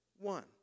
one